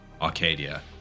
Arcadia